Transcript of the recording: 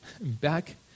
back